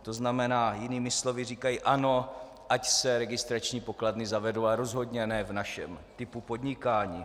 To znamená jinými slovy, říkají ano, ať se registrační pokladny zavedou, ale rozhodně ne v našem typu podnikání.